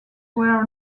were